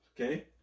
Okay